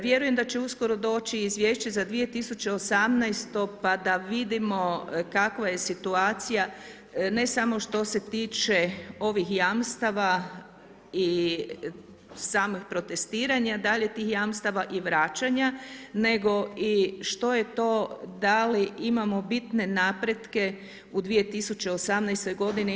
Vjerujem da će uskoro doći i Izvješće za 2018. pa da vidimo kakva je situacija ne samo što se tiče ovih jamstava i samih protestiranja, ... tih jamstava i vraćanja nego i što je to da li imamo bitne napretke u 2018. godini.